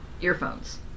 earphones